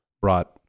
brought